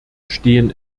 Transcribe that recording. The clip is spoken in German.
stehen